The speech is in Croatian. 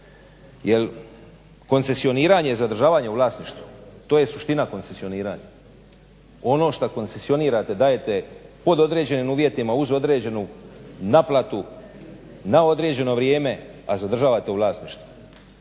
jer koncesioniranje je zadržavanje u vlasništvu, to je suština koncesioniranja. Ono što koncesionirate dajete pod određenim uvjetima uz određenu naplatu na određeno vrijeme, a zadržavate u vlasništvu.